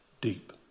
deep